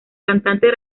cantante